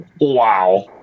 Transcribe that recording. Wow